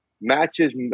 matches